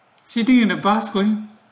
city in the bus going